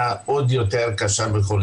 במילים